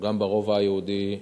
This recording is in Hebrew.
גם ברובע היהודי,